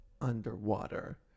underwater